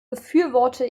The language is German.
befürworte